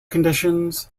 conditions